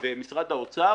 במשרד האוצר,